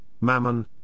mammon